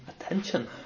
attention